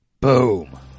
Boom